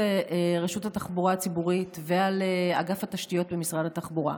התחבורה הציבורית ועל אגף התשתיות במשרד התחבורה,